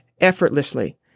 effortlessly